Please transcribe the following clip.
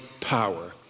power